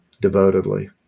devotedly